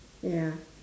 ya